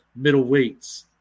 middleweights